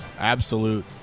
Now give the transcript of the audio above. Absolute